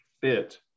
fit